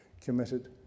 committed